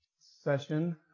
session